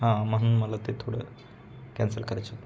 हां म्हणून मला ते थोडं कॅन्सल करायचं होतं